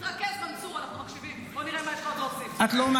--- חברת הכנסת טלי גוטליב, פעם אחרונה.